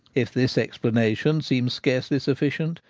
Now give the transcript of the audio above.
if this explanation seems scarcely sufficient,